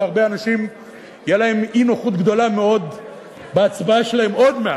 כי להרבה אנשים תהיה אי-נוחות גדולה מאוד בהצבעה שלהם עוד מעט.